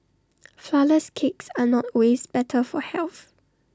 Flourless Cakes are not ways better for health